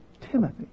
Timothy